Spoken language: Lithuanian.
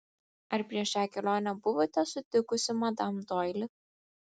ar prieš šią kelionę buvote sutikusi madam doili